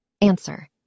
answer